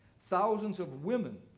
thousands of women,